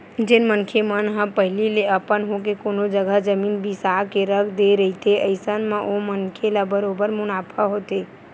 जेन मनखे मन ह पहिली ले अपन होके कोनो जघा जमीन बिसा के रख दे रहिथे अइसन म ओ मनखे ल बरोबर मुनाफा होथे